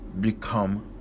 become